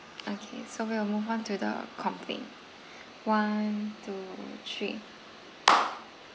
okay so we'll move on to the complaint one two three